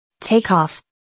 Takeoff